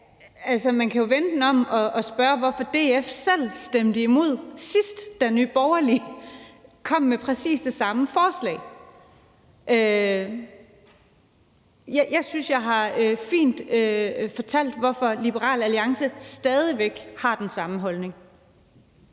man kan jo vende den om og spørge, hvorfor DF selv stemte imod sidst, da Nye Borgerlige kom med præcis det samme forslag. Jeg synes, jeg fint har fortalt, hvorfor Liberal Alliance stadig væk har den samme holdning.